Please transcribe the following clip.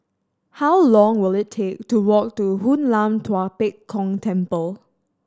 how long will it take to walk to Hoon Lam Tua Pek Kong Temple